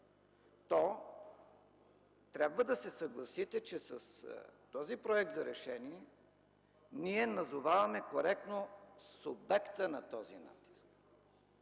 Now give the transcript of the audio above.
то трябва да се съгласите, че с този проект за решение ние назоваваме коректно субекта на този натиск.